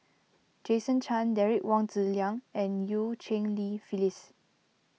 Jason Chan Derek Wong Zi Liang and Eu Cheng Li Phyllis